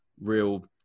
real